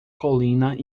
colina